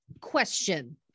question